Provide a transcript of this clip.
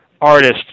artist